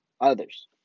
others